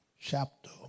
chapter